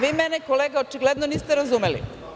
Vi mene kolega očigledno niste razumeli.